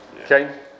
Okay